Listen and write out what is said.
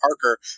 Parker